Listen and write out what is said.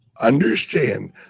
Understand